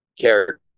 character